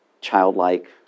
childlike